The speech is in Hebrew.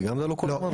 זה גם כל הזמן,